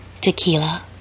Tequila